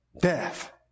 death